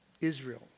Israel